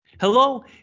Hello